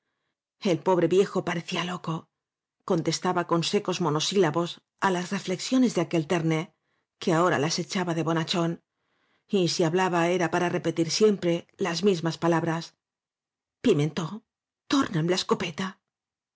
el pobre viejo parecía loco contestaba con secos monosílabos á las reflexiones cle aquel terne que ahora las echaba de bona chón y si hablaba era para repetir siempre las mismas palabras pimentó tomam la escopeta